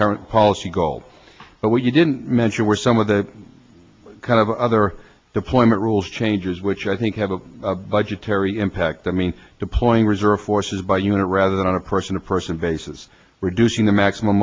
current policy goal but what you didn't mention were some of the kind of other deployment rules changes which i think have a budgetary impact that mean deploying reserve forces by unit rather than on a person to person basis reducing the maximum